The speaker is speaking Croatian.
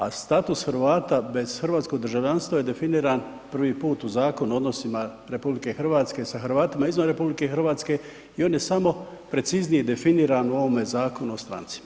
A status Hrvata bez hrvatskog državljanstva je definira prvi put u Zakonu o odnosima prema Hrvatima izvan RH i on je samo preciznije definiran u ovome Zakonu o strancima.